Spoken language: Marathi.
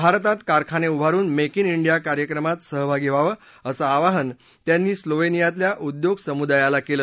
भारतात कारखाने उभारुन मेक िन डियाकार्यक्रमात सहभागी व्हावं असं आवाहन त्यांनी स्लोवेनियातल्या उद्योग समुदायाला केलं